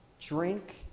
drink